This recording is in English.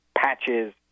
patches